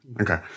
Okay